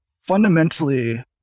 fundamentally